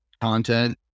content